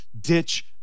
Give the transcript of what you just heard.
ditch